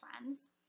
friends